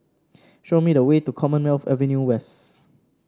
show me the way to Commonwealth Avenue West